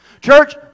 Church